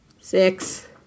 six